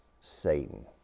Satan